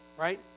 right